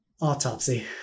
Autopsy